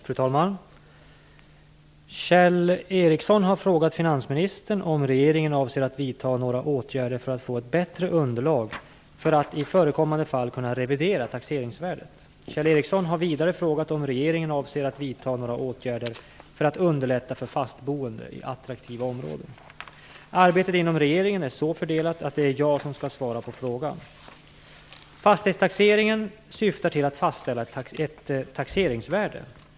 Fru talman! Kjell Ericsson har frågat finansministern om regeringen avser att vidta några åtgärder för att få ett bättre underlag för att i förekommande fall kunna revidera taxeringsvärdet. Kjell Ericsson har vidare frågat om regeringen avser att vidta några åtgärder för att underlätta för fastboende i attraktiva områden. Arbetet inom regeringen är så fördelat att det är jag som skall svara på frågan. Fastighetstaxering syftar till att fastställa ett taxeringsvärde.